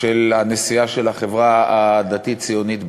על הנשיאה בנטל של החברה הדתית-ציונית.